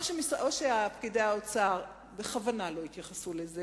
או שפקידי האוצר בכוונה לא התייחסו לנושא